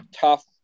tough